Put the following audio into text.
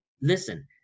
listen